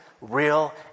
real